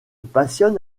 passionne